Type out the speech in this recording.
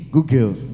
Google